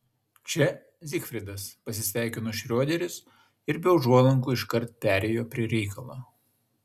čia zigfridas pasisveikino šrioderis ir be užuolankų iškart perėjo prie reikalo